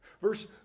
Verse